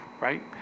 right